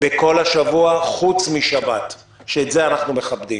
בכל השבוע חוץ משבת, שאת זה אנחנו מכבדים.